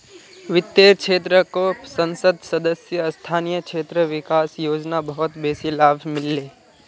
वित्तेर क्षेत्रको संसद सदस्य स्थानीय क्षेत्र विकास योजना बहुत बेसी लाभ मिल ले